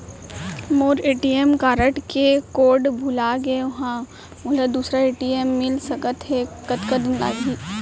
मोर ATM card code कोड भुला गे हव, मोला दूसर ए.टी.एम मिले म कतका दिन लागही?